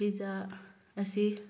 pizza ꯑꯁꯤ